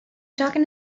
talking